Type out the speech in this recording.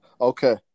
Okay